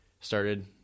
started